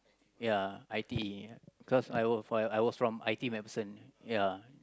ya I_T_E cause I were find I was from I_T_E MacPherson